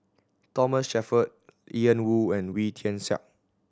Thomas Shelford Ian Woo and Wee Tian Siak